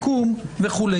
מקום וכו'.